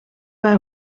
bij